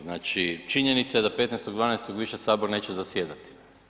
Znači činjenica je da 15.12. više Sabor neće zasjedati.